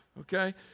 okay